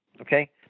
Okay